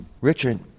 Richard